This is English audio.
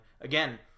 Again